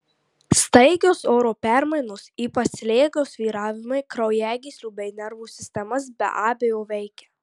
staigios oro permainos ypač slėgio svyravimai kraujagyslių bei nervų sistemas be abejo veikia